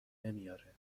نمیاره